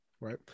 right